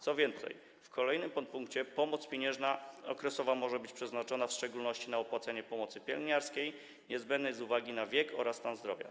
Co więcej, w kolejnym podpunkcie czytamy, że: pomoc pieniężna okresowa może być przeznaczona w szczególności na opłacenie pomocy pielęgnacyjnej niezbędnej z uwagi na wiek oraz stan zdrowia.